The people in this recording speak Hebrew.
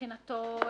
מבחינתו,